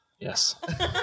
Yes